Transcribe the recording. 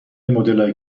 مدلهای